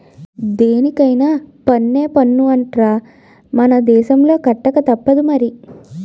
దేనికైన పన్నే పన్ను అంటార్రా మన దేశంలో కట్టకతప్పదు మరి